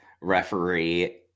referee